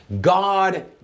God